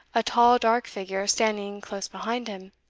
a tall dark figure standing close behind him.